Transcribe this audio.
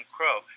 Crow